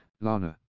Lana